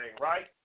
right